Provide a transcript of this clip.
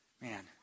man